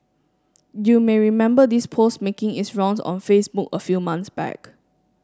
you may remember this post making its rounds on Facebook a few months back